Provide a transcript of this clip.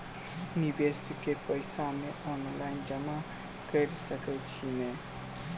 निवेश केँ पैसा मे ऑनलाइन जमा कैर सकै छी नै?